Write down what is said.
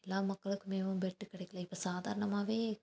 எல்லா மக்களுக்குமேவும் பெட்டு கிடைக்கல இப்போ சாதாரணமாவே